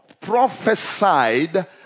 prophesied